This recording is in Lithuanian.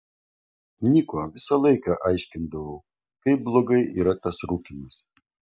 niko visą laiką aiškindavau kaip blogai yra tas rūkymas